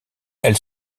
elle